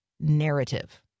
narrative